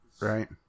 Right